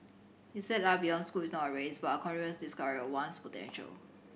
he said life beyond school is not a race but a continuous discovery of one's potential